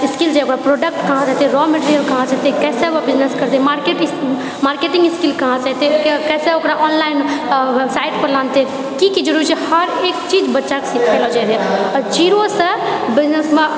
skill जे ओकर product कहाँसे एतय रॉ मेटिरियल कहासे एतय कैसे ओ बिजनेस करते मार्केट मार्किटिंग स्किल कहाँसे एतय कैसे ओकरा ऑनलाइन साइट पर आनते की की जरूरी छै हरके चीज बच्चाके जीरो से बिजनेसमे